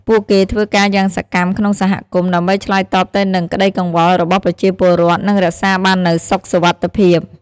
ពួកគេធ្វើការយ៉ាងសកម្មក្នុងសហគមន៍ ដើម្បីឆ្លើយតបទៅនឹងក្តីកង្វល់របស់ប្រជាពលរដ្ឋ និងរក្សាបាននូវសុខសុវត្ថិភាព។